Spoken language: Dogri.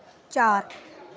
चार